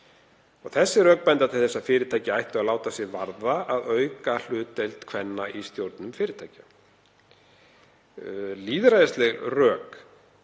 Þau rök benda til þess að fyrirtæki ættu að láta sig varða að auka hlutdeild kvenna í stjórnum fyrirtækja. Lýðræðisleg rök